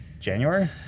January